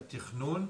לתכנון?